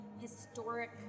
historic